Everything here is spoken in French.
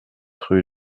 rue